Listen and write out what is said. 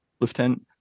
lieutenant